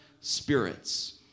spirits